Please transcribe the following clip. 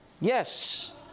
Yes